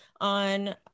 on